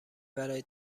برای